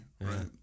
Right